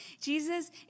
Jesus